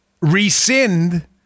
rescind